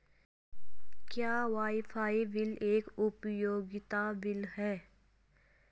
क्या wifi bill एक उपयोगिता बिल है?